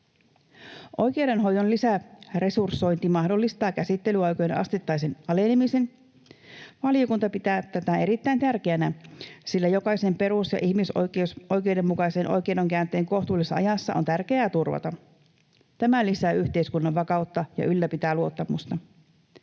Oikeudenhoidon lisäresursointi mahdollistaa käsittelyaikojen asteittaisen alenemisen. Valiokunta pitää tätä erittäin tärkeänä, sillä jokaisen perus- ja ihmisoikeus oikeudenmukaiseen oikeudenkäyntiin kohtuullisessa ajassa on tärkeää turvata. Tämä lisää yhteiskunnan vakautta ja ylläpitää luottamusta.